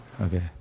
Okay